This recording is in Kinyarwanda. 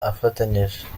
afatanyije